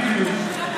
בדיוק.